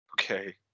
Okay